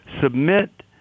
submit